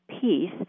peace